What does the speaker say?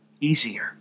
easier